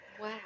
Wow